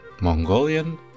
Mongolian